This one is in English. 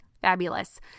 fabulous